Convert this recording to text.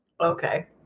Okay